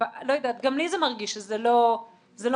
גם לי זה מרגיש שזה לא מדויק.